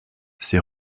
ses